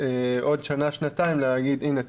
בעוד שנה-שנתיים להגיד "הנה,